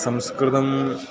संस्कृतम्